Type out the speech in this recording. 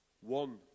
One